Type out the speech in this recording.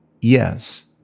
Yes